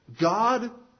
God